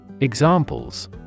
Examples